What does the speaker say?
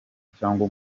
cyangwa